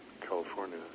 California